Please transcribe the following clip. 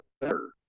better